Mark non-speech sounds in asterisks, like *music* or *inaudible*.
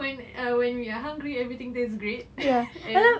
when when we are hungry everything tastes great *laughs* and